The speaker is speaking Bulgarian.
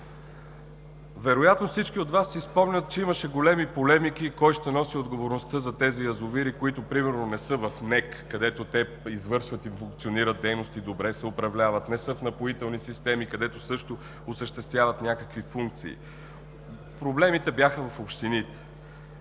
Вероятно всички от Вас си спомнят, че имаше големи полемики кой ще носи отговорност за язовирите, които примерно не са в Националната електрическа компания, но извършват и функционират дейности, добре се управляват, не са в „Напоителни системи“, където също осъществяват някакви функции. Проблемите бяха в общините.